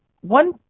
one